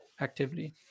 activity